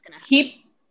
Keep